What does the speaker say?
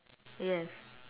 yes